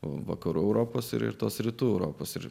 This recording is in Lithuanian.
vakarų europos ir tos rytų europos ir